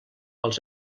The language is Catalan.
els